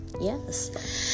Yes